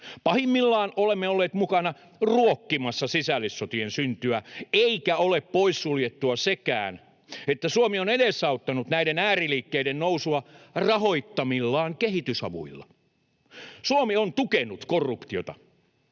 Pahimmillaan olemme olleet mukana ruokkimassa sisällissotien syntyä, eikä ole poissuljettua sekään, että Suomi on edesauttanut näiden ääriliikkeiden nousua rahoittamillaan kehitysavuilla. Suomi on tukenut korruptiota.